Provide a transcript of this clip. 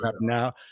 now